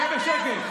תהיה בשקט.